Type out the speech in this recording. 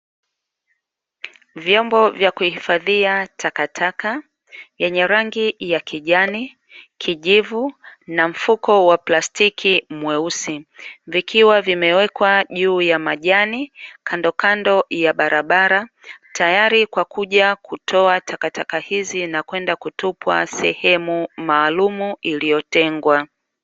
Vyombo vya kuhifadhia takataka, vyenye rangi ya kijani, kijivu na mfuko wa plastiki mweusi. Vikiwa vimewekwa juu ya majani kandokando ya barabara, tayari kwa kuja kutoa takataka hizi na kwenda kutupwa sehemu maalumu iliyotengwa.